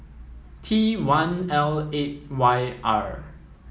T one L eight Y R